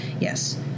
Yes